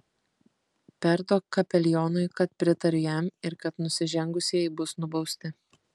perduok kapelionui kad pritariu jam ir kad nusižengusieji bus nubausti